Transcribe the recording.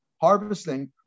harvesting